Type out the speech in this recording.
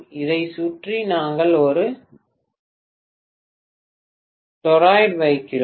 இதைச் சுற்றி நாங்கள் ஒரு டொராய்டு வைக்கிறோம்